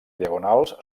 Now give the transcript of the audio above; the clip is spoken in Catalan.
diagonals